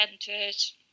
centers